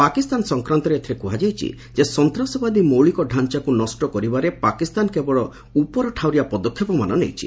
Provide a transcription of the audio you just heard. ପାକିସ୍ତାନ ସଂକ୍ରାନ୍ତରେ ଏଥିରେ କୁହାଯାଇଛି ସନ୍ତାସବାଦୀ ମୌଳିକଡାଞ୍ଚାକୁ ନଷ୍ଟ କରିବାରେ ପାକିସ୍ତାନ କେବଳ ଉପରଠାଉରିଆ ପଦକ୍ଷେପମାନ ନେଇଛି